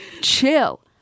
chill